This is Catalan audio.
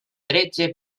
tretze